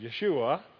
Yeshua